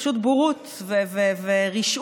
פשוט בורות ורשעות,